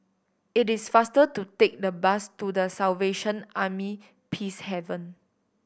it is faster to take the bus to The Salvation Army Peacehaven